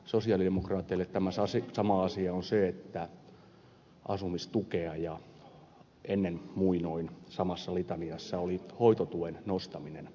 sosialidemokraateille tämä sama asia on se että korotetaan asumistukea ja ennen muinoin samassa litaniassa oli hoitotuen nostaminen